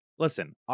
Listen